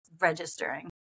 registering